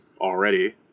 already